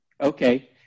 okay